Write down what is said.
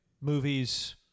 Movies